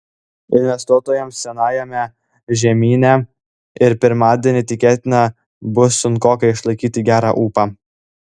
investuotojams senajame žemyne ir pirmadienį tikėtina bus sunkoka išlaikyti gerą ūpą